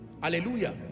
Hallelujah